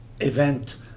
event